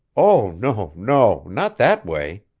oh no, no not that way.